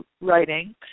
writing